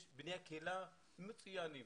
יש בני קהילה מצוינים,